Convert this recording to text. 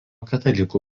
katalikų